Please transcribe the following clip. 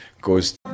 goes